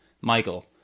Michael